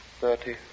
thirty